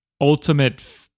ultimate